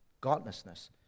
godlessness